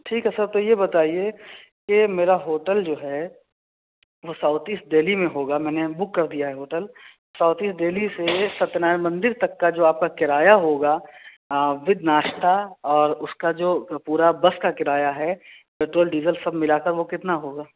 ٹھیک ہے سر تو یہ بتائیے کہ میرا ہوٹل جو ہے وہ ساؤتھ ایسٹ دہلی میں ہوگا میں نے بک کر دیا ہے ہوٹل ساؤتھ ایسٹ دہلی سے ستیہ نارائن مندر تک کا جو آپ کا کرایا ہوگا ود ناشتا اور اس کا جو پورا بس کا کرایا ہے پٹرول ڈیژل سب ملا کر وہ کتنا ہوگا